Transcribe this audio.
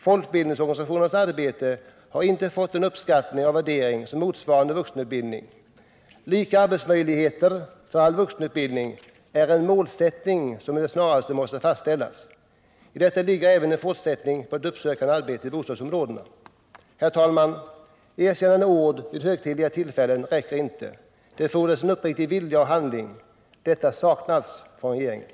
Folkbildningsorganisationernas arbete har inte fått samma uppskattning och värdering som motsvarande vuxenutbildning. Lika arbetsmöjligheter för all vuxenutbildning är en målsättning som med det snaraste måste fastställas. I detta ligger även en fortsättning på det uppsökande arbetet i bostadsområdena. Herr talman! Erkännande ord vid högtidliga tillfällen räcker inte — det fordras en uppriktig vilja och handling, och detta saknas från regeringen.